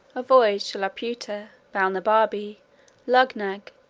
a voyage to laputa, balnibarbi, luggnagg,